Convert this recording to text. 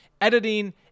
Editing